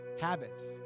habits